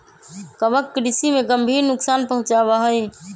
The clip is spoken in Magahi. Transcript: कवक कृषि में गंभीर नुकसान पहुंचावा हई